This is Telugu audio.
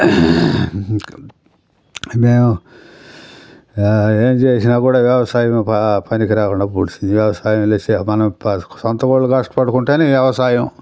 మేము ఏమి చేసినా కూడా వ్యవసాయానికి పనికి రాకుండా పూడ్చింది వ్యవసాయం చేసే మనం సొంత వాళ్ళు కష్టపడుకుంటేనే వ్యవసాయం